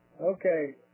Okay